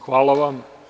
Hvala vam.